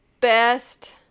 best